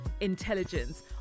intelligence